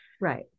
Right